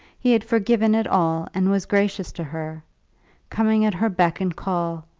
he had forgiven it all and was gracious to her coming at her beck and call,